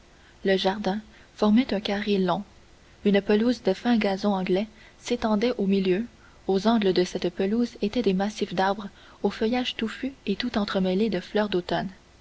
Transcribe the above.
le jardin formait un carré long une pelouse de fin gazon anglais s'étendait au milieu aux angles de cette pelouse étaient des massifs d'arbres au feuillage touffu et tout entremêlé de fleurs d'automne